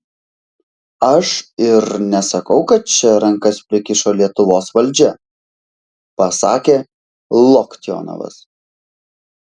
aš ir nesakau kad čia rankas prikišo lietuvos valdžia pasakė loktionovas